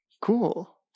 cool